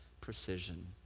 precision